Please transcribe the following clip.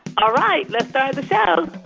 all right, let's start the show